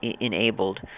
enabled